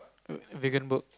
err Vegan Burg